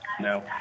No